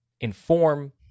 inform